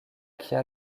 kia